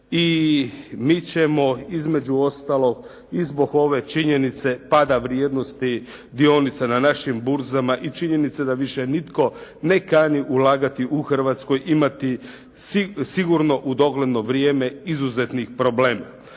i mi ćemo između ostalog i zbog ove činjenice pada vrijednosti dionica na našim burzama i činjenice da više nitko ne kani ulagati u Hrvatskoj imati sigurno u dogledno vrijeme izuzetnih problema.